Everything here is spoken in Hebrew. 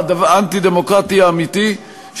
האנטי-דמוקרטי האמיתי,